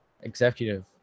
executive